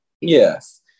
yes